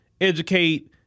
educate